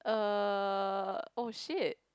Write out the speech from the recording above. uh oh shit